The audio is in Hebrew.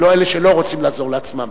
ולא לאלה שלא רוצים לעזור לעצמם,